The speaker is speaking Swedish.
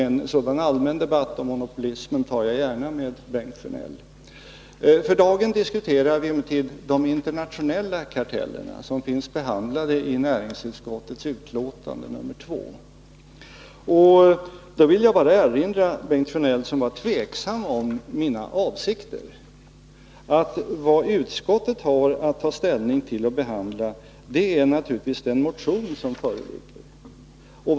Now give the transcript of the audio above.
En sådan allmän debatt om monopolismen tar jag gärna med Bengt Sjönell. För dagen diskuterar vi emellertid de internationella karteller som behandlas i näringsutskottets betänkande nr 2. Jag vill gärna erinra Bengt Sjönell, som var tveksam om mina avsikter, om att vad utskottet har att behandla och ta ställning till naturligtvis är den motion som föreligger.